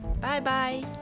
Bye-bye